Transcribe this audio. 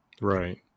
Right